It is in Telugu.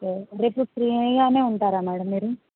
ఓకే రేపు ఫ్రీగానే ఉంటారా మేడమ్ మీరు